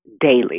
daily